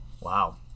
Wow